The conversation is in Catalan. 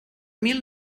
mil